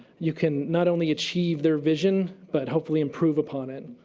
you can not only achieve their vision but hopefully improve upon it.